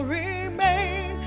remain